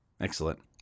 Excellent